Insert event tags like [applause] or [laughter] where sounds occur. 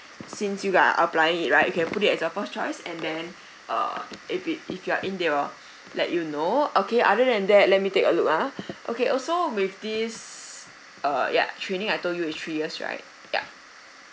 since you are applying it right you can put it as the first choice and then [breath] uh if you if you are in they will [breath] let you know okay other than that let me take a look ah [breath] okay also with this err ya training I told you is three years right ya